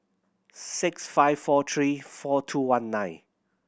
six five four three four two one nine